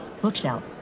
Bookshelf